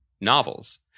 novels